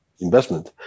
investment